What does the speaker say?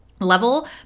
level